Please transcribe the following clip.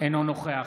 אינו נוכח